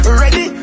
ready